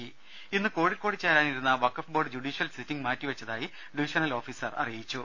രുമ ഇന്ന് കോഴിക്കോട് ചേരാനിരുന്ന വഖഫ് ബോർഡ് ജുഡീഷ്യൽ സിറ്റിംഗ് മാറ്റിവെച്ചതായി ഡിവിഷണൽ ഓഫീസർ അറിയിച്ചു